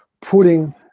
putting